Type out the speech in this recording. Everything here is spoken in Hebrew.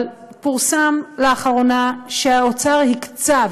אבל פורסם לאחרונה שהאוצר הקצה,